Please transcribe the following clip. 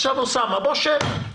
עכשיו, אוסאמה, בוא, שב.